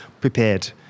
prepared